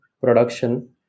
production